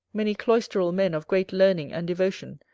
many cloisteral men of great learning and devotion,